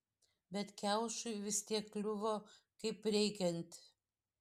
bet kiaušui vis tiek kliuvo kaip reikiant